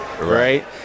right